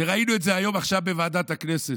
וראינו את זה היום, עכשיו, בוועדת הכנסת,